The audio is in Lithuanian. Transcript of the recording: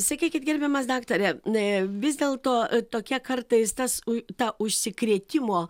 sakykit gerbiamas daktare a vis dėlto tokia kartais tas ui ta užsikrėtimo